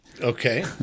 Okay